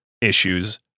issues